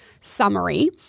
summary